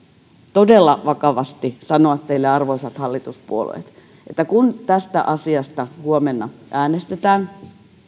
todella vakavasti sanoa teille arvoisat hallituspuolueet että kun tästä asiasta huomenna äänestetään